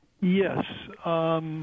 Yes